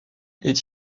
est